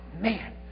man